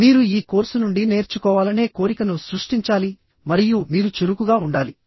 మీరు ఈ కోర్సు నుండి నేర్చుకోవాలనే కోరికను సృష్టించాలి మరియు మీరు చురుకుగా ఉండాలి